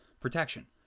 Protection